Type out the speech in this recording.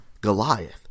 Goliath